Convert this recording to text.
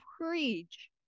preach